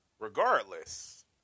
Regardless